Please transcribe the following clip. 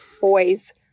boys